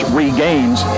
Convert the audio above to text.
regains